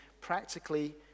practically